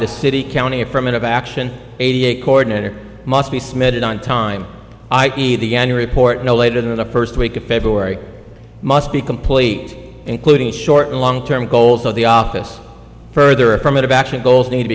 the city county affirmative action eighty eight coordinator must be submitted on time i see the any report no later than the first week of february must be complete including short and long term goals of the office further affirmative action goals need to